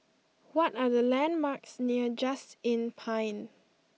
what are the landmarks near Just Inn Pine